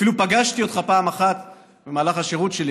אפילו פגשתי אותך פעם אחת במהלך השירות שלי.